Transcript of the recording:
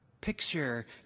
Picture